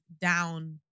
down